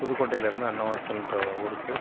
புதுக்கோட்டையிலேருந்து அன்னவாசல்ன்ற ஊருக்கு